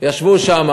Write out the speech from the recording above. ישבו שם,